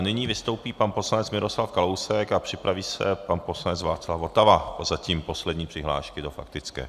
Nyní vystoupí pan poslanec Miroslav Kalousek a připraví se pan poslanec Václav Votava, zatím poslední přihlášky do faktické.